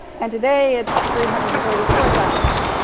and today it's three hundred and thirty four thousand.